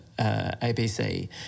ABC